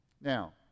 Now